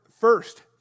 first